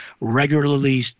regularly